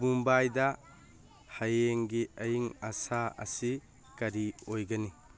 ꯃꯨꯝꯕꯥꯏꯗ ꯍꯌꯦꯡꯒꯤ ꯑꯏꯪ ꯑꯁꯥ ꯑꯁꯤ ꯀꯔꯤ ꯑꯣꯏꯒꯅꯤ